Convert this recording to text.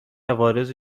عوارض